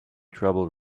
trouble